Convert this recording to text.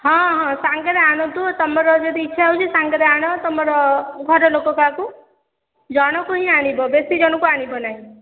ହଁ ହଁ ସାଙ୍ଗରେ ଆଣନ୍ତୁ ତୁମର ଯଦି ଇଚ୍ଛା ହେଉଛି ସାଙ୍ଗରେ ଆଣ ତୁମର ଘର ଲୋକ କାହାକୁ ଜଣଙ୍କୁ ହିଁ ଆଣିବ ବେଶୀ ଜଣଙ୍କୁ ଆଣିବ ନାହିଁ